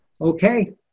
okay